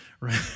right